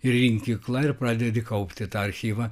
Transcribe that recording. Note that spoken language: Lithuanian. rinkykla ir pradedi kaupti tą archyvą